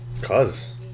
cause